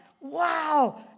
Wow